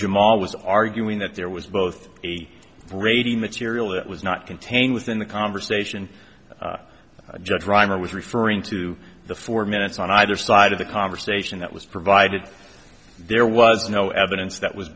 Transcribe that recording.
jamal was arguing that there was both a brady material that was not contained within the conversation judge reimer was referring to the four minutes on either side of the conversation that was provided there was no evidence that was